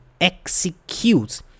execute